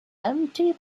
empty